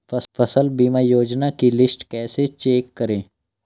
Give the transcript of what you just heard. फसल बीमा योजना की लिस्ट कैसे चेक करें?